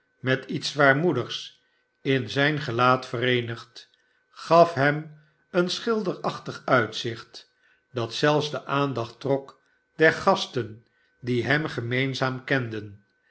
met iets zwaarmoedigs in zijn gelaat vereemgd gaf hem een schilderachtig uitzicht dat zelfs de aandacht trok der sasten die hem gemeenzaam kenden